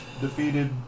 defeated